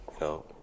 No